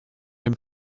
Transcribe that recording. dem